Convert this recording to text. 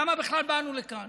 למה בכלל באנו לכאן?